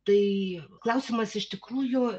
tai klausimas iš tikrųjų